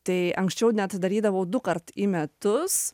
tai anksčiau net darydavau dukart į metus